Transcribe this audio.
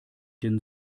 den